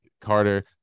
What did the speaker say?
Carter